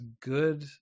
good